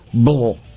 Bull